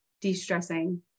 de-stressing